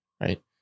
right